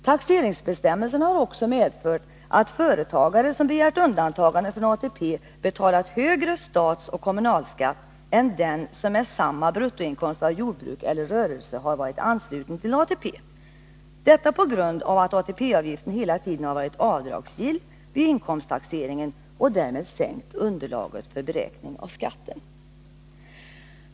Taxeringsbestämmelserna har också medfört att företagare, som begärt undantagande från ATP, betalat högre statsoch kommunalskatt än den som med samma bruttoinkomst av jordbruk eller rörelse har varit ansluten till ATP. Detta beror på att ATP-avgiften hela tiden har varit avdragsgill vid inkomsttaxeringen och därmed sänkt underlaget för beräkning av skatten.